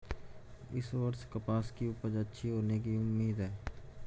इस वर्ष कपास की उपज अच्छी होने की उम्मीद है